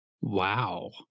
wow